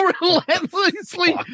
relentlessly